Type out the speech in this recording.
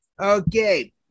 Okay